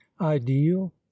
ideal